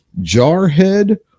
jarhead